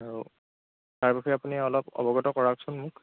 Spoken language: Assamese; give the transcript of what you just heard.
তাৰ বিষয়ে আপুনি অলপ অৱগত কৰাওকচোন মোক